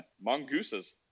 mongooses